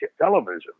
television